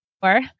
four